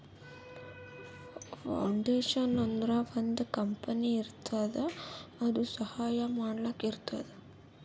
foundation ಅಂದುರ್ ಒಂದ್ company ಇರ್ತುದ್ ಅದು ಸಹಾಯ ಮಾಡ್ಲಕ್ ಇರ್ತುದ್